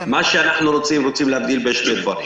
מה שאנחנו רוצים זה להבדיל בין שני דברים.